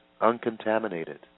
uncontaminated